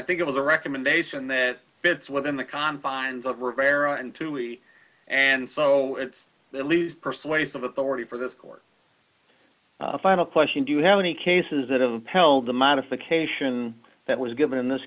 think it was a recommendation that fits within the confines of rivera and truly and so it's the least persuasive authority for this court final question do you have any cases that of the pell the modification that was given in this